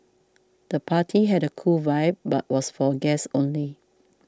the party had a cool vibe but was for guests only